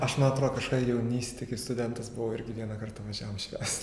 aš man atro kaška jaunystėj kai studentas buvau irgi vienąkart važiavom švęsti